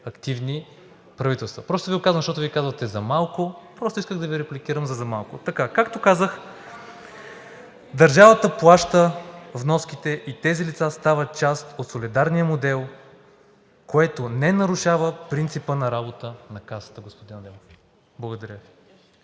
активни правителства. Казвам Ви го, защото Вие казвате: за малко, исках да Ви репликирам за „за малко“. Както казах, държавата плаща вноските и тези лица стават част от солидарния модел, което не нарушава принципа на работа на Касата, господин Адемов. Благодаря Ви.